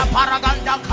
Paraganda